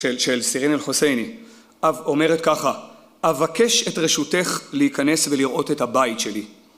של סירין אלחוסייני אומרת ככה: אבקש את רשותך להיכנס ולראות את הבית שלי